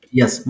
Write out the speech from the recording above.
Yes